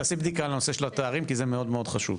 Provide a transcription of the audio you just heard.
תעשי בדיקה על הנושא של התארים כי זה מאוד מאוד חשוב.